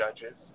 judges